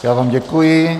Já vám děkuji.